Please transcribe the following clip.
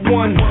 one